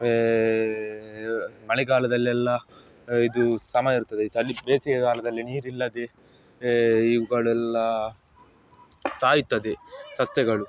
A ಮಳೆಗಾಲದಲ್ಲೆಲ್ಲ ಇದು ಸಮ ಇರ್ತದೆ ಚಳಿ ಬೇಸಿಗೆಗಾಲದಲ್ಲಿ ನೀರಿಲ್ಲದೆ ಎ ಇವುಗಳೆಲ್ಲ ಸಾಯ್ತದೆ ಸಸ್ಯಗಳು